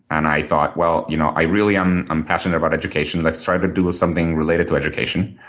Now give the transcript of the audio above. and i thought, well, you know, i really am um passionate about education. let's try to do ah something related to education.